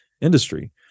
industry